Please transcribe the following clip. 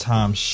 Time